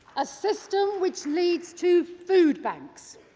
a system which leads to food banks.